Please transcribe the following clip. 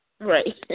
Right